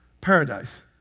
paradise